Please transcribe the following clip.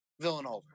Villanova